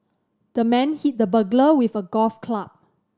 the man hit the burglar with a golf club